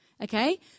okay